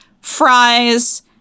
fries